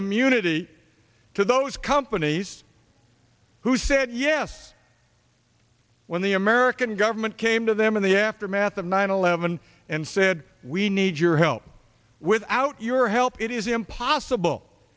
immunity to those companies who said yes when the american government came to them in the aftermath of nine eleven and said we need your help without your help it is impossible